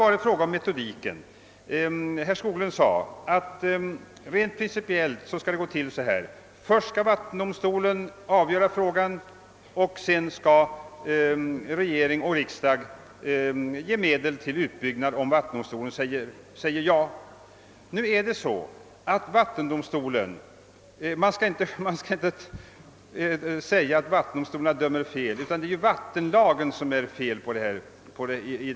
Herr Skoglund sade beträffande metodiken att det rent principiellt skall gå så till att vattendomstolen först skall avgöra frågan, varefter regering och riksdag skall ge medel för utbyggnad om vattendomstolen säger ja. Man skall naturligtvis inte säga att vattendomstolarna dömer fel, utan det är givetvis vattenlagen som är ofullständig.